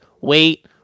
wait